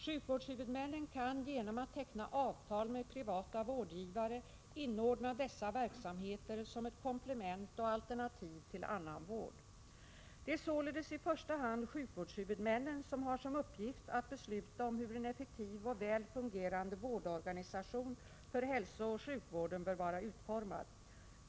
Sjukvårdshuvudmännen kan genom att teckna avtal med privata vårdgivare inordna dessa verksamheter som ett komplement och alternativ till annan vård. Det är således i första hand sjukvårdshuvudmännen som har som uppgift att besluta om hur en effektiv och väl fungerande vårdorganisation för hälsooch sjukvården bör vara utformad.